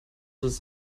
ist